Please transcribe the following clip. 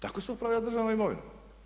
Tako se upravlja državnom imovinom.